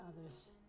others